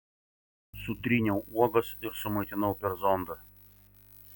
sutryniau uogas ir sumaitinau per zondą